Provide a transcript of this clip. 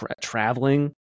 traveling